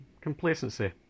complacency